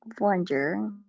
wonder